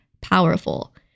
powerful